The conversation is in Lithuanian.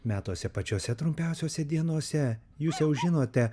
metuose pačiose trumpiausiose dienose jūs jau žinote